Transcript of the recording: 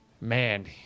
Man